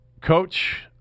Coach